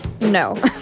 No